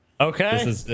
Okay